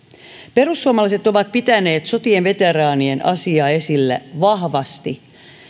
perussuomalaiset ovat pitäneet sotien veteraanien asiaa esillä vahvasti